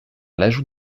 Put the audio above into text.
l’ajout